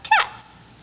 cats